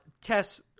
Tess